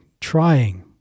trying